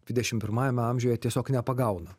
dvidešim pirmajame amžiuje tiesiog nepagauna